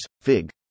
fig